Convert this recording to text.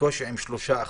בקושי עם 3%,